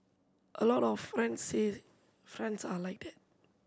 a lot of friends friends are like that